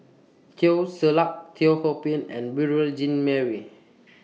Teo Ser Luck Teo Ho Pin and Beurel Jean Marie